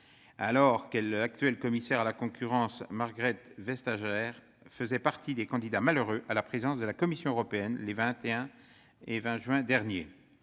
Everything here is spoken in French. alors que l'actuelle commissaire à la concurrence, Margrethe Vestager, faisait partie des candidats malheureux à la présidence de la Commission européenne les 20 et 21 juin derniers.